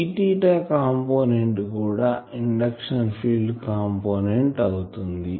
Eθ component కూడా induction field component అవుతుంది